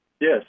Yes